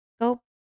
go